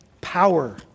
power